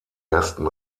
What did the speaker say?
ersten